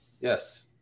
Yes